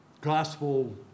gospel